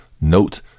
note